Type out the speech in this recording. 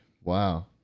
Wow